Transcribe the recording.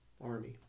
Army